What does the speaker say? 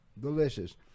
Delicious